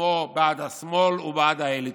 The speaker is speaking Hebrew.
כמו בעד השמאל ובעד האליטות.